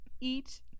eat